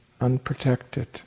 unprotected